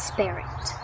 Spirit